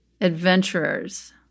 Adventurers